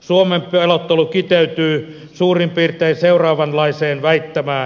suomen pelottelu kiteytyy suurin piirtein seuraavanlaiseen väittämään